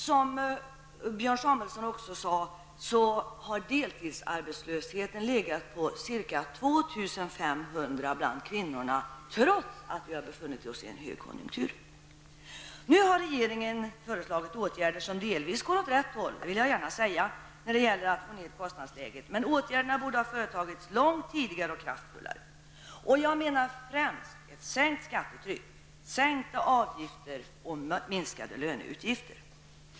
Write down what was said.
Som Björn Samuelson också sade har deltidsarbetslösheten omfattat ca 2 500 kvinnor, trots att vi har befunnit oss i en högkonjunktur. Nu har regeringen föreslagit åtgärder som delvis går åt rätt håll, det vill jag gärna säga, när det gäller att få ned kostnadsläget. Men åtgärderna borde ha företagits långt tidigare och kraftfullare. Jag menar främst ett sänkt skattetryck, sänkta avgifter och minskade löneutgifter.